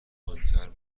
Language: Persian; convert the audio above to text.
مهمتر